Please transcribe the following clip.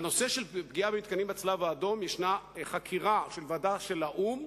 בנושא הפגיעה במתקנים של הצלב-אדום יש חקירה של ועדה של האו"ם,